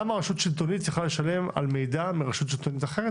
למה רשות שלטונית צריכה לשלם על מידע מרשות שלטונית אחרת?